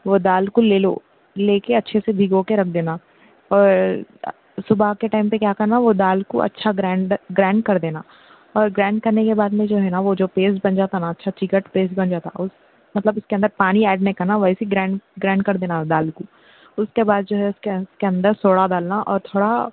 وہ دال کو لے لو لے کے اچھے سے بھگو کے رکھ دینا اور صبح کے ٹائم پہ کیا کرنا وہ دال کو اچھا گرائنڈ گرائنڈ کر دینا اور گرائنڈ کرنے کے بعد میں جو ہے نا وہ جو نا پیسٹ بن جاتا اچھا چکٹ پیسٹ بن جاتا مطلب اس کے اندر پانی ایڈ نہیں کرنا ویسے گرائنڈ گرائنڈ کر دینا دال کو اس کے بعد جو ہے اس کے اندر سوڈا ڈالنا اور تھوڑا